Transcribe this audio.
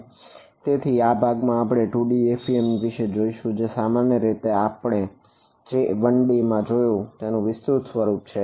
તેથી આ ભાગ માં આપણે 2D એફઈએમ વિષે જોશું જે સામાન્ય રીતે આપણે જે 1D માં જોયું તેનું વિસ્તૃત રૂપ છે